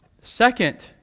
Second